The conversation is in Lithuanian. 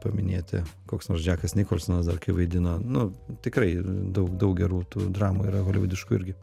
paminėti koks nors džekas nikolsonas dar kai vaidino nu tikrai daug daug gerų tų dramų yra holivudiškų irgi